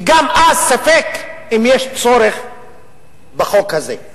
וגם אז, ספק אם יש צורך בחוק הזה.